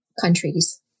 countries